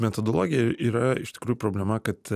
metodologijoj yra iš tikrųjų problema kad